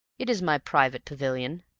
it is my private pavilion,